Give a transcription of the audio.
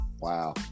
Wow